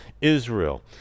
Israel